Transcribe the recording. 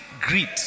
Greet